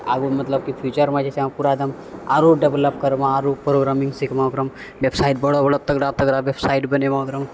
कि आगू मतलब फ्यूचरमे जे छै पूरा एकदम आओर डेवलप करबऽ आओर प्रोग्रामिङ्ग सिखबऽ ओकरामे वेबसाइट बड़ा बड़ा तगड़ा तगड़ा वेबसाइट बनैबऽ ओकरामे